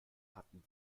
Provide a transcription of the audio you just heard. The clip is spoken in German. hatten